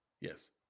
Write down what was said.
Yes